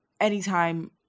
anytime